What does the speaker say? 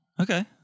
Okay